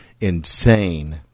insane